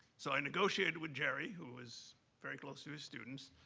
so i negotiated with jerry, who was very close to his students,